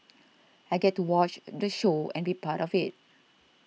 I get to watch the show and be part of it